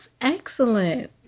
excellent